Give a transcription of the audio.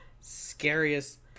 Scariest